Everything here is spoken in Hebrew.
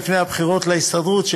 לפני הבחירות להסתדרות,